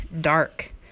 Dark